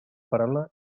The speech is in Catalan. paraula